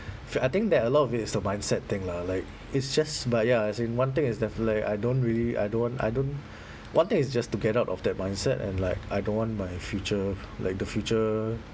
f~ I think that a lot of it it's the mindset thing lah like it's just but ya as in one thing is definitely I don't really I don't want I don't one thing is just to get out of that mindset and like I don't want my future like the future